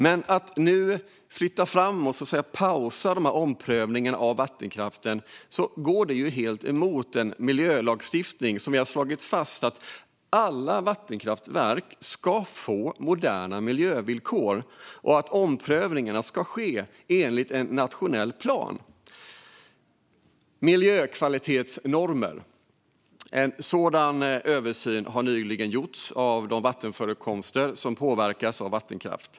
Men när man nu vill flytta fram och pausa omprövningarna av vattenkraften går det helt emot miljölagstiftningen som slagit fast att alla kraftverk ska få moderna miljövillkor och att omprövningarna ska ske enligt en nationell plan. En översyn utifrån miljökvalitetsnormer har nyligen gjorts av de vattenförekomster som påverkas av vattenkraft.